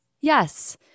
Yes